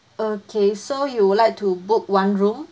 okay so you would like to book one room